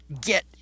get